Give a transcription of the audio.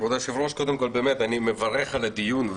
כבוד היושב-ראש, אני מברך על הדיון.